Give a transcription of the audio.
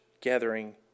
gathering